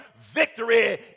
victory